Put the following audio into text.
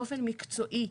באופן מקצועי.